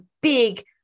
big